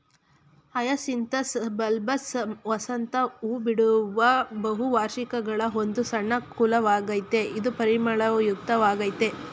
hyacinthus bulbous ವಸಂತ ಹೂಬಿಡುವ ಬಹುವಾರ್ಷಿಕಗಳ ಒಂದು ಸಣ್ಣ ಕುಲವಾಗಯ್ತೆ ಇದು ಪರಿಮಳಯುಕ್ತ ವಾಗಯ್ತೆ